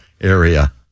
area